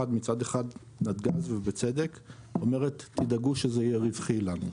מצד אחד נתג"ז ובצדק אומרת תדאגו שזה יהיה רווחי לנו.